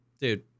dude